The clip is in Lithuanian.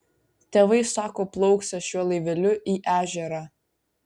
tėvai sako plauksią šiuo laiveliu į ežerą